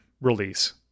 release